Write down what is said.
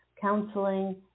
counseling